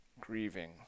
grieving